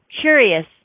curious